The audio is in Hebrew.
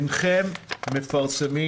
אינכם מפרסמים